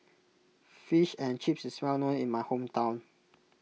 Fish and Chips is well known in my hometown